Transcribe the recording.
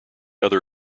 other